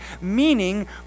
meaning